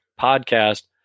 podcast